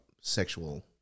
sexual